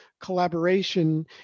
collaboration